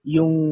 Yung